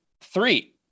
three